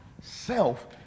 Self